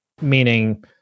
meaning